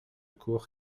cour